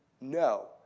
no